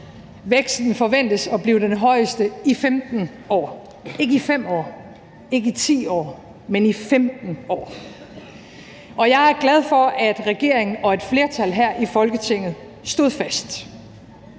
Væksten forventes at blive den højeste i 15 år – ikke i 5 år, ikke i 10 år, men i 15 år. Og jeg er glad for, at regeringen og et flertal her i Folketinget stod fast.